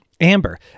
amber